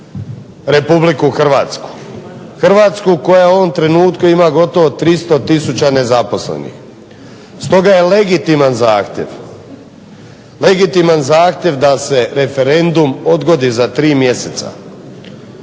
prepljačkanu RH. Hrvatsku koja u ovom trenutku ima gotovo 300 tisuća nezaposlenih. Stoga je legitiman zahtjev da se referendum odgodi za 3 mjeseca.